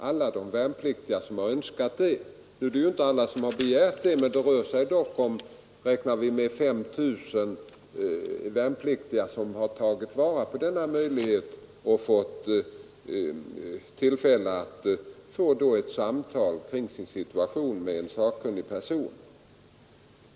Alla har inte tagit vara på den möjligheten, men vi räknar ändå med att 5 000 värnpliktiga har gjort det. Dessa har alltså fått ett samtal kring sin situation med en sakkunnig person.